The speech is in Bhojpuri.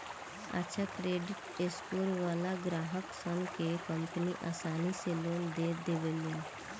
अच्छा क्रेडिट स्कोर वालन ग्राहकसन के कंपनि आसानी से लोन दे देवेले